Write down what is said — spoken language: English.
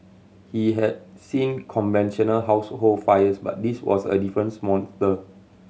he had seen conventional household fires but this was a different monster